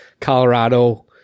Colorado